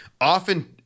Often